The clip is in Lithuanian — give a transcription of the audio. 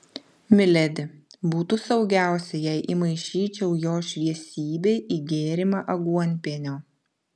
miledi būtų saugiausia jei įmaišyčiau jo šviesybei į gėrimą aguonpienio